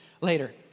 later